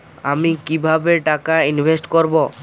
আমি কিভাবে টাকা ইনভেস্ট করব?